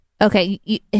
Okay